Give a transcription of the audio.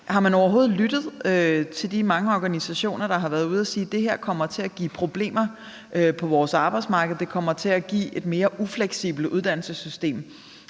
Har man overhovedet lyttet til de mange organisationer, der har været ude at sige, at det her kommer til at give problemer på vores arbejdsmarked, og at det kommer til at give et mere ufleksibelt uddannelsessystem,